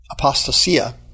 apostasia